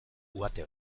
uhate